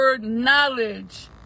knowledge